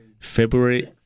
February